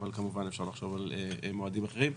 אבל אפשר לחשוב על מועדים אחרים.